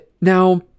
Now